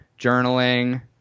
journaling